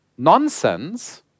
nonsense